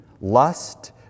lust